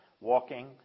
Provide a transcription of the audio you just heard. walking